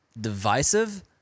divisive